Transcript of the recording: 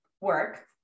work